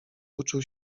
uczył